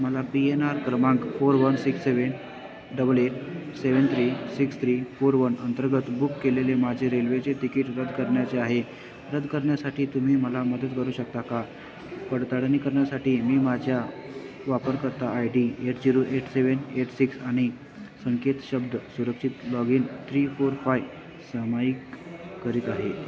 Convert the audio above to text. मला P N R क्रमांक four one six seven double eight seven three six three four one अंतर्गत book केलेले माझे रेल्वेचे तिकीट रद्द करण्याचे आहे रद्द करण्यासाठी तुम्ही मला मदत करू शकता का पडताडळणी करण्यासाठी मी माझ्या वापरकर्ता I D eight zero eight seven eight six आणि संकेत शब्द सुरक्षित log in three four five सामायिक करीत आहे